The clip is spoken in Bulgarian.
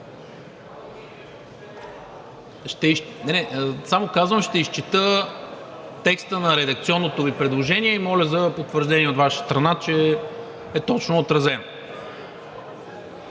Само казвам, ще изчета текста на редакционното Ви предложение и моля за потвърждение от Ваша страна, че е точно отразено.